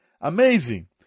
amazing